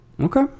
Okay